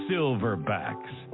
Silverbacks